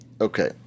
Okay